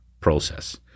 process